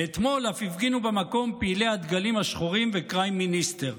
ואתמול אף הפגינו במקום פעילי הדגלים השחורים וקריים מיניסטר.